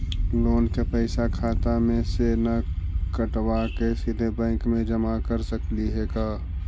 Loan के पैसा खाता मे से न कटवा के सिधे बैंक में जमा कर सकली हे का?